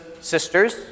sisters